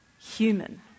human